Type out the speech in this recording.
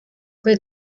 fue